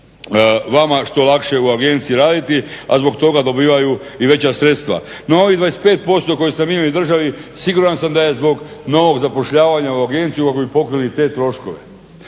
vama što lakše u agenciji raditi, a zbog toga dobivaju i veća sredstva. No, ovih 25% koji se …/Govornik se ne razumije./… državi siguran sam da je zbog novog zapošljavanja u agenciji kako bi pokrili i te troškove.